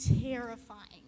terrifying